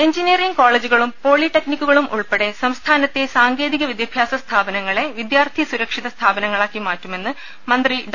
engineering കോളജുകളും പോളിടെക്നിക്കു കളും ഉൾപ്പെടെ സംസ്ഥാനത്തെ സാങ്കേതിക വിദ്യാ ഭ്യാസ സ്ഥാപനങ്ങളെ വിദ്യാർത്ഥി സുരക്ഷിത സ്ഥാപ നങ്ങളാക്കി മാറ്റുമെന്ന് മന്ത്രി ഡോ